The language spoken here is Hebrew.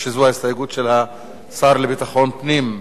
שזו ההסתייגות של השר לביטחון פנים.